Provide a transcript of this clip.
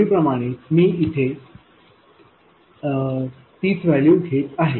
पूर्वीप्रमाणेच मी इथे त्याच व्हॅल्यू घेत आहे